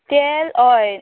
तेल हय